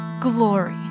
glory